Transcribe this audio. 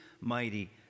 mighty